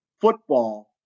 football